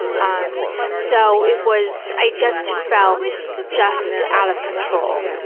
um so, it was, i just felt just out of control.